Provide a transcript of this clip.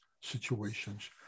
situations